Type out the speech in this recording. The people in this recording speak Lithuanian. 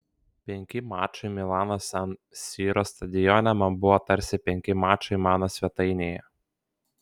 penki mačai milano san siro stadione man buvo tarsi penki mačai mano svetainėje